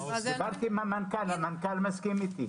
דיברתי עם המנכ"ל, המנכ"ל מסכים אתי.